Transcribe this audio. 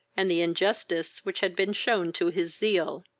and the injustice which had been shewn to his zeal.